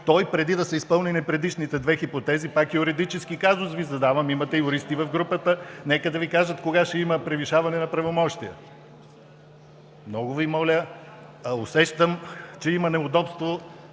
преди да са изпълнени предишните две хипотези? Задавам Ви юридически казус. Имате юристи в групата. Нека да Ви кажат кога ще има превишаване на правомощия. Много Ви моля, усещам, че има неудобство